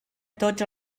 tots